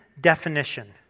definition